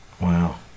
Wow